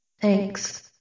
Thanks